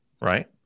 right